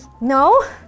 No